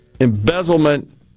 embezzlement